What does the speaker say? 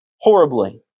horribly